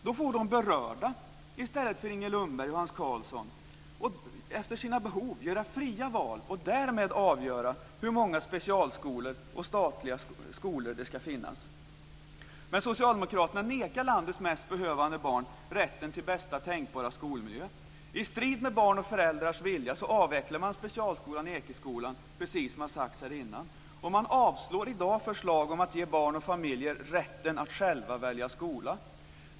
Då får de berörda i stället för Inger Lundberg och Hans Karlsson göra fria val efter sina behov och därmed avgöra hur många specialskolor och statliga skolor det ska finnas. Men socialdemokraterna nekar landets mest behövande barn rätten till bästa tänkbara skolmiljö. I strid med barns och föräldrars vilja avvecklar man specialskolan Ekeskolan, precis som har sagts innan, och man avslår i dag förslag om att ge barn och familjer rätten att själva välja skola.